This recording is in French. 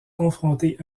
confrontés